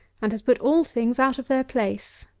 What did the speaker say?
and has put all things out of their place.